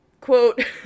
quote